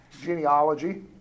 genealogy